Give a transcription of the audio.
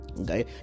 Okay